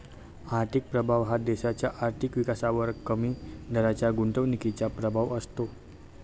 आर्थिक प्रभाव हा देशाच्या आर्थिक विकासावर कमी दराच्या गुंतवणुकीचा प्रभाव असतो